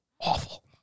awful